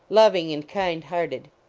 loving and kind-hearted.